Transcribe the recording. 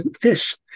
fish